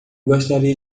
gostaria